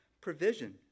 provision